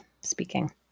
speaking